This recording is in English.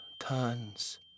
turns